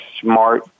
smart